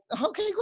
okay